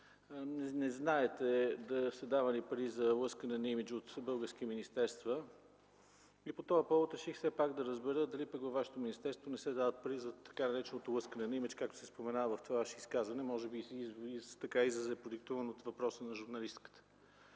не знаете да са давани пари за лъскане на имидж от български министерства. По този повод реших да разбера дали пък във Вашето министерство не се дават пари за така нареченото лъскане на имидж, както се спомена в това Ваше изказване. Може би изразът е продиктуван от въпроса на журналистката.